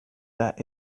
that